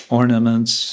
ornaments